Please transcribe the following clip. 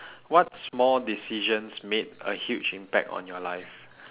what small decisions made a huge impact on your life